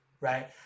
Right